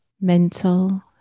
mental